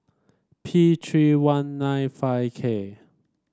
P three one nine five K